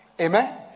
amen